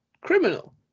criminal